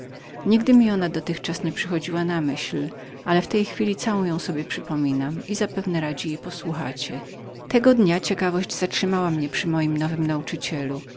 nigdy mi ona nie przyszła na myśl ale w tej chwili całą ją sobie przypominam i zapewne radzi jej posłuchacie tego dnia ciekawość zatrzymała mnie przy moim nowym nauczycielu